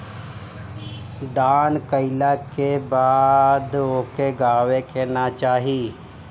दान कइला के बाद ओके गावे के ना चाही